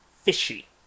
fishy